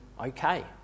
okay